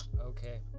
Okay